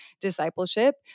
discipleship